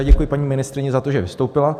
Já děkuji paní ministryni za to, že vystoupila.